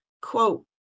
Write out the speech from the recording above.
quote